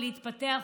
להתפתח,